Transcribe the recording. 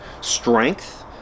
strength